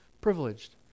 privileged